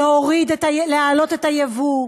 להעלות את היבוא,